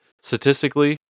statistically